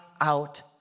out